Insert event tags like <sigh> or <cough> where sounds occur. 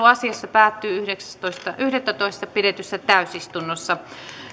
<unintelligible> asiasta päättyi yhdeksästoista yhdettätoista kaksituhattaviisitoista pidetyssä täysistunnossa